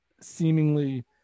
seemingly